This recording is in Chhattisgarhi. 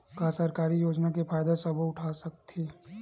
का सरकारी योजना के फ़ायदा सबो उठा सकथे?